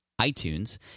iTunes